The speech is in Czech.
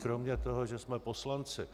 Kromě toho, že jsme poslanci,